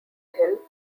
hill